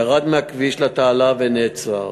ירד מהכביש לתעלה ונעצר.